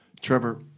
Trevor